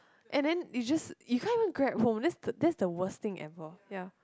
and then you just you can't even Grab home that's the that's the worst thing ever ya